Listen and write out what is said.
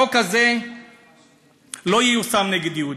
החוק הזה לא ייושם נגד יהודים,